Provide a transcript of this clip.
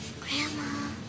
Grandma